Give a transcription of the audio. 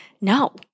No